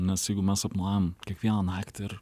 nes jeigu mes sapnuojam kiekvieną naktį ir